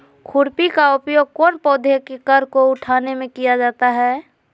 खुरपी का उपयोग कौन पौधे की कर को उठाने में किया जाता है?